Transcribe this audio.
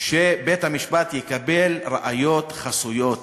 שבית-המשפט יקבל ראיות חסויות